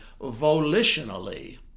volitionally